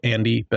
Andy